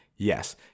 Yes